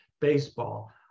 baseball